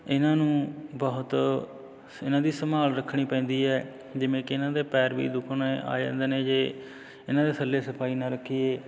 ਇਹਨਾਂ ਨੂੰ ਬਹੁਤ ਇਹਨਾਂ ਦੀ ਸੰਭਾਲ ਰੱਖਣੀ ਪੈਂਦੀ ਹੈ ਜਿਵੇਂ ਕਿ ਇਹਨਾਂ ਦੇ ਪੈਰ ਵੀ ਦੁੱਖਣੇ ਆ ਜਾਂਦੇ ਨੇ ਜੇ ਇਹਨਾਂ ਦੇ ਥੱਲੇ ਸਫਾਈ ਨਾ ਰੱਖੀਏ